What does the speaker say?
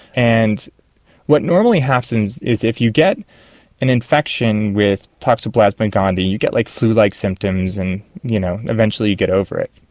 and what normally happens is if you get an infection with toxoplasma and gondii and you get like flulike symptoms and you know eventually you get over it.